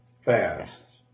fast